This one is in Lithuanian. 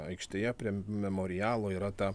aikštėje prie memorialo yra ta